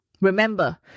Remember